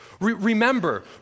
Remember